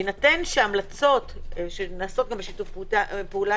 בהינתן שההמלצות שנעשות בשיתוף פעולה